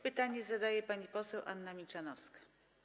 Pytanie zadaje pani poseł Anna Milczanowska.